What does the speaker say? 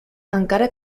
encara